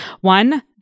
One